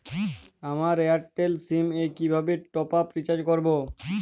আমার Airtel sim এ কিভাবে টপ আপ রিচার্জ করবো?